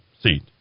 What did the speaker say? seat